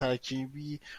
ترکیبی